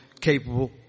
capable